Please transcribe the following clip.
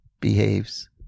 behaves